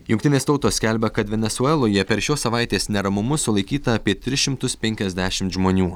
jungtinės tautos skelbia kad venesueloje per šios savaitės neramumus sulaikyta apie tris šimtus penkiasdešimt žmonių